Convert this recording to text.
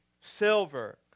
silver